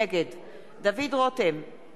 נגד דוד רותם,